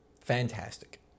Fantastic